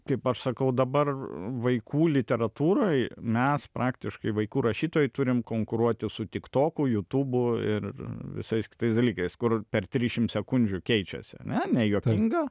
kaip aš sakau dabar vaikų literatūroj mes praktiškai vaikų rašytojai turim konkuruoti su tiktoku jutubu ir visais kitais dalykais kur per trisdešimt sekundžių keičiasi ar ne nejuokinga